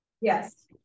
Yes